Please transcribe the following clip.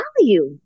value